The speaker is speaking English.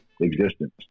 existence